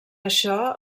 això